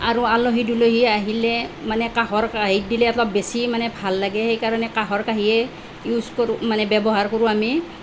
আৰু আলহী দুলহী আহিলে মানে কাঁহৰ কাহীত দিলে অলপ বেছি মানে ভাল লাগে সেইকাৰণে কাঁহৰ কাহীয়েই ইউচ কৰোঁ মানে ব্যৱহাৰ কৰোঁ আমি